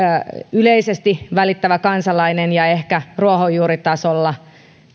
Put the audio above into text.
yleisesti välittävä kansalainen ja ehkä ruohonjuuritasolla